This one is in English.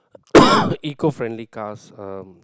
eco friendly cars um